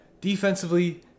Defensively